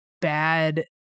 bad